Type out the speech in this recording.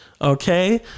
Okay